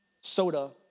soda